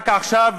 רק עכשיו,